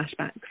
flashbacks